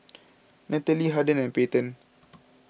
Nataly Harden and Payten